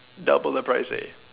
double the price leh